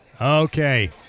Okay